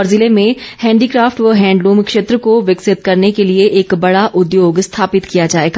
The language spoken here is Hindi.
और जिले में हैंडीक्राफ्ट व हैंडलूम क्षेत्र को विकसित करने के लिए एक बड़ा उद्योग स्थापित किया जाएगा